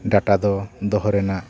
data ᱫᱚ ᱫᱚᱦᱚ ᱨᱮᱱᱟᱜ